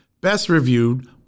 best-reviewed